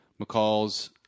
McCall's